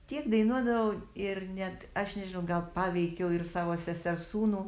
tiek dainuodavau ir net aš nežinau gal paveikiau ir savo sesers sūnų